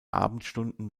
abendstunden